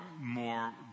more